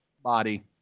body